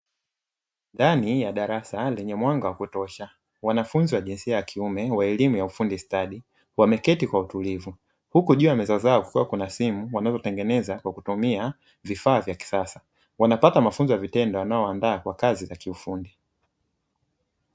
Ndani ya darasa lenye mwanga wa kutosha wanafunzi wa jinsia ya kiume wa elimu ya ufundi stadi, wameketi kwa utulivu huku juu ya meza zao kukiwa kuna simu wanazotengeneza kwa kutumia vifaa vya kisasa, wanapata mafunzo ya vitendo yanayowandaa kwa kazi za kiufundi.